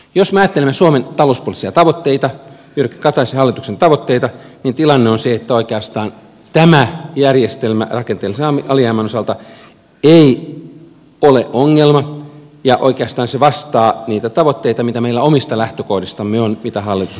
jos me ajattelemme suomen talouspoliittisia tavoitteita jyrki kataisen hallituksen tavoitteita niin tilanne on se että oikeastaan tämä järjestelmä rakenteellisen alijäämän osalta ei ole ongelma ja oikeastaan se vastaa niitä tavoitteita mitä meillä on omista lähtökohdistamme mitä hallitus on asettanut